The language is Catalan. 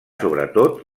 sobretot